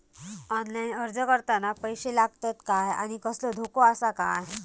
Online अर्ज करताना पैशे लागतत काय आनी कसलो धोको आसा काय?